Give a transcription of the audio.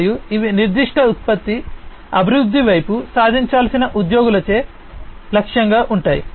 మరియు ఇవి ఒక నిర్దిష్ట ఉత్పత్తి అభివృద్ధి వైపు సాధించాల్సిన ఉద్యోగులచే లక్ష్యంగా ఉంటాయి